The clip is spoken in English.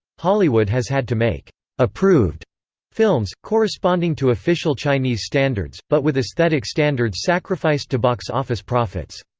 hollywood has had to make approved films, corresponding to official chinese standards, but with aesthetic standards sacrificed to box office profits.